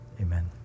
Amen